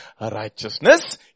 righteousness